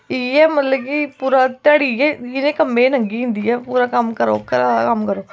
इ'यै मतलब कि पूरा इ'यै जेह् कम्मै च लंघी जंदी ऐ पूरा कम्म करो घरा दा कम्म करो